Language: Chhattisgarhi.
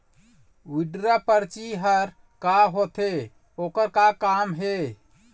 विड्रॉ परची हर का होते, ओकर का काम हे?